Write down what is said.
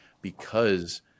because-